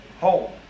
home